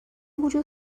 وجود